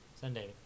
sunday